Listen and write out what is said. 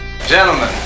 Gentlemen